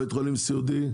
בית חולים סיעודי.